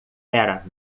era